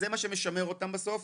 זה מה שמשמר אותם בסוף.